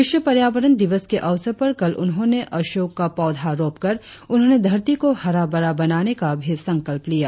विश्व पर्यावरण दिवस के अवसर पर कल उन्होंने अशोक का पौधा रोपकर उन्होंने धरती को हराभरा बनाने का भी संकल्प लिया